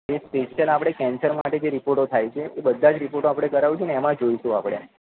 એ special આપણે cancer માટે જે રિપોર્ટો થાય છે એ બધા જ રીપોર્ટો કરાવીશું અને એમાં જોઇશું આપણે